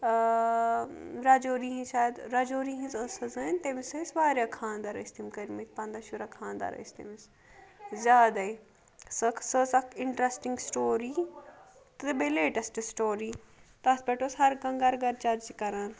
رَجوری ہِنٛز شاید رَجوری ہِنٛز ٲس سٕ زٲنۍ تٔمِس ٲسۍ واریاہ خانٛدَر ٲسۍ تِم کٔرۍ مٕتۍ پنٛداہ شُرہ خانٛدار ٲسۍ تٔمِس زیادَے سۄ سۄ ٲس اکھ اِنٹرٛسٹِنٛگ سٹوری تہٕ بیٚیہِ لیٹیسٹ سٹوری تَتھ پٮ۪ٹھ اوس ہر کانٛہہ گَرٕ گَر چَرچہٕ کَران